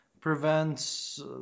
prevents